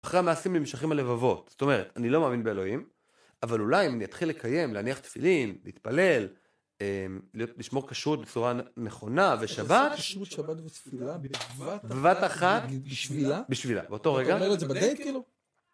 אחרי המעשים נמשכים הלבבות. זאת אומרת, אני לא מאמין באלוהים, אבל אולי אם אני אתחיל לקיים, להניח תפילין, להתפלל, להיות, לשמור כשרות בצורה נכונה ושבת... איזה כשרות שבת ותפילה בבת אחת בשבילה? בשבילה, באותו רגע. אתה אומר את זה בדייט כאילו?